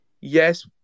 yes